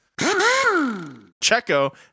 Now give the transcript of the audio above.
Checo